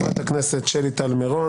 בג"ץ לא ביטל החלטה לאומית של שום ממשלה.